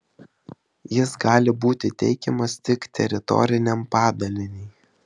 jis gali būti teikiamas tik teritoriniam padaliniui